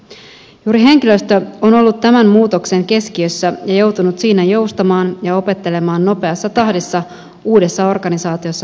juuri henkilöstö on ollut tämän muutoksen keskiössä ja joutunut siinä joustamaan ja opettelemaan nopeassa tahdissa uudessa organisaatiossa toimimista